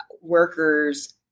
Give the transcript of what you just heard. workers